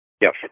yes